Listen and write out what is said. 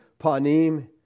panim